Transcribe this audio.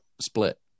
split